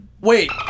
Wait